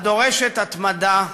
הדורשת התמדה ומחשבה,